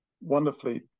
wonderfully